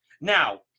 Now